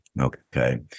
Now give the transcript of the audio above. Okay